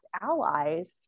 allies